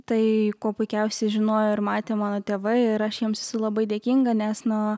tai kuo puikiausiai žinojo ir matė mano tėvai ir aš jiems labai dėkinga nes nuo